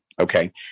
Okay